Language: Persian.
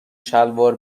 شلوار